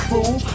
Fool